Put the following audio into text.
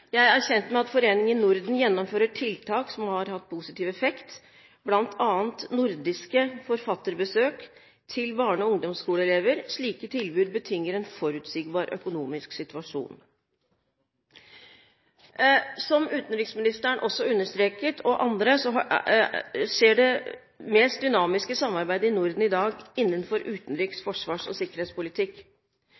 Jeg er kjent med at Foreningen Norden gjennomfører tiltak som har hatt positiv effekt, bl.a. nordiske forfatterbesøk til barne- og ungdomsskoleelever. Slike tilbud betinger en forutsigbar økonomisk situasjon. Som utenriksministeren også understreket, og andre, skjer det mest dynamiske samarbeidet i Norden i dag innenfor utenriks-,